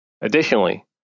Additionally